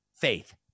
faith